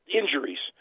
injuries